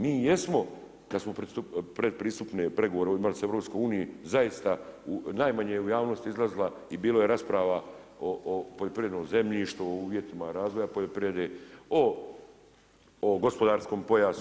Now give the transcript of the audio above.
Mi jesmo kad smo pretpristupne pregovore ovdje imali sa EU zaista najmanje u javnost izlazila i bila je rasprava o poljoprivrednom zemljištu, o uvjetima razvoja poljoprivrede, o gospodarskom pojasu.